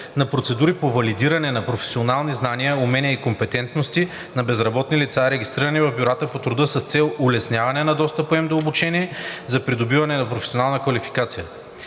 на процедури по валидиране на професионални знания, умения и компетентности на безработни лица, регистрирани в бюрата по труда с цел улесняване на достъпа им до обучение за придобиване на професионална квалификация.